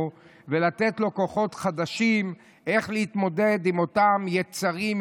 ונותנים לו כוחות חדשים איך להתמודד עם אותם יצרים,